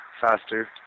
faster